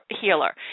healer